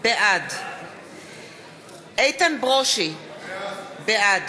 בעד איתן ברושי, בעד